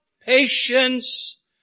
patience